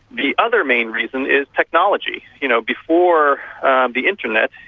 the other main reason is technology. you know, before the internet,